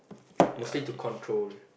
mostly to control